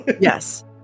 yes